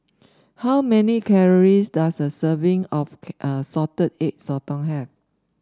how many calories does a serving of Salted Egg Sotong have